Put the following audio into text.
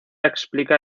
explica